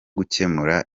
gukemura